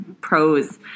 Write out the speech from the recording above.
pros